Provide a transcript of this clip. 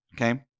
Okay